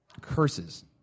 Curses